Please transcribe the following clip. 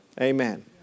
Amen